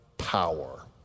power